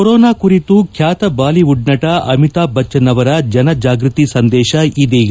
corona ಕುರಿತು ಖ್ಯಾತ Bollywood ನಟ ಅಮಿತಾಬ್ ಬಚ್ಲನ್ ಅವರ ಜನ ಜಾಗೃತಿ ಸಂದೇಶ ಇದೀಗ